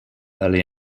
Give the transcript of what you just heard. early